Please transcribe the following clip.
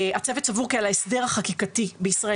הצוות סבור כי על ההסדר החקיקתי בישראל